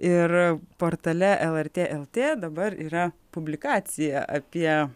ir portale lrt lt dabar yra publikacija apie